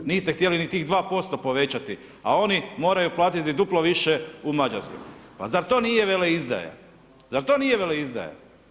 Niste htjeli ni tih 2% povećati, a oni moraju platiti duplo više u Mađarskoj, pa zar to nije veleizdaja, zar to nije veleizdaja?